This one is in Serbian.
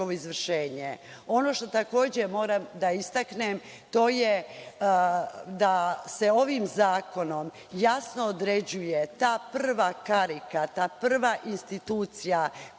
što takođe moram da istaknem, to je da se ovim zakonom jasno određuje ta prva karika, ta prva institucija koja je nadležna